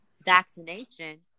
vaccination